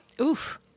Oof